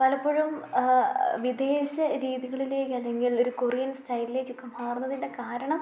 പലപ്പോഴും വിദേശ രീതികളിലേക്ക് അല്ലെങ്കിൽ ഒരു കൊറിയൻ സ്റ്റൈലിലേക്കൊക്കെ മാറുന്നതിൻ്റെ കാരണം